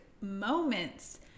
moments